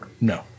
No